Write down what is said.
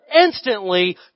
instantly